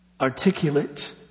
articulate